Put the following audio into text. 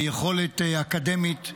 ביכולת אקדמית,